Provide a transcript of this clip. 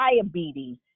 diabetes